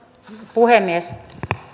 puhemies